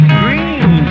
green